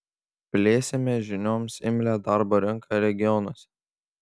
plėsime žinioms imlią darbo rinką regionuose